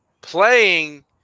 playing